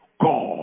God